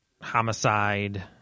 Homicide